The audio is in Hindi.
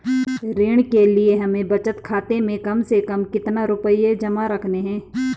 ऋण के लिए हमें बचत खाते में कम से कम कितना रुपये जमा रखने हैं?